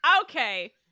okay